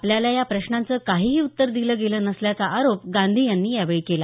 आपल्याला या प्रश्नाचं काहीही उत्तर दिलं गेलं नसल्याचा आरोप गांधी यांनी यावेळी केला